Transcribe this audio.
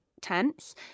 tense